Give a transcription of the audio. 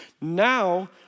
Now